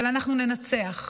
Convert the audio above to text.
אבל אנחנו ננצח.